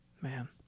Man